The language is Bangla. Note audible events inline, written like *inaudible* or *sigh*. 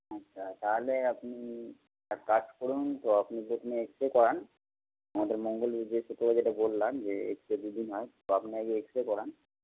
আচ্ছা তাহলে আপনি এক কাজ করুন তো আপনি যেখানে এক্স রে করান আমাদের মঙ্গল *unintelligible* যেটা বললাম যে এক্স রে যেদিন হয় তো আপনি আগে এক্স রে করান